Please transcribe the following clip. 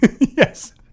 Yes